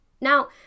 Now